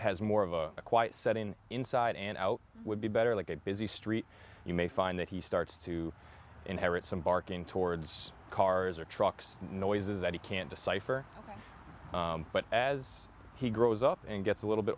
has more of a quiet setting inside and out would be better like a busy street you may find that he starts to inherit some barking towards cars or trucks noises that he can't decipher but as he grows up and gets a little bit